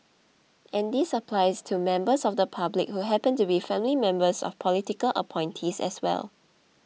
and this applies to members of the public who happen to be family members of political appointees as well